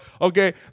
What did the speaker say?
Okay